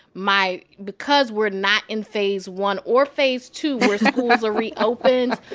my because we're not in phase one or phase two, where schools are reopened.